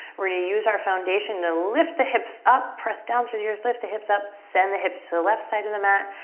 we're gonna use our foundation to lift the hips up. press down through the earth, lift the hips up, send the hips to the left side of the mat.